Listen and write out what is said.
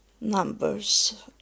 numbers